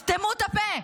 סתמו ת'פה.